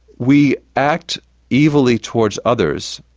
we act evilly towards others,